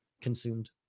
consumed